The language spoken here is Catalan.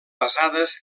basades